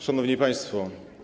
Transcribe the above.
Szanowni Państwo!